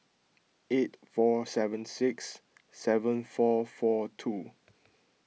eight four seven six seven four four two